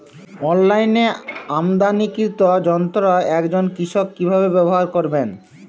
অনলাইনে আমদানীকৃত যন্ত্র একজন কৃষক কিভাবে ব্যবহার করবেন?